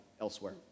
elsewhere